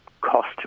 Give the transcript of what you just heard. cost